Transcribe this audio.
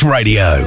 Radio